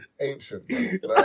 ancient